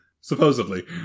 Supposedly